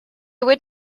would